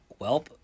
Welp